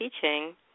teaching